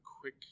quick